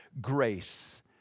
grace